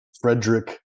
Frederick